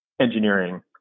engineering